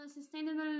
sustainable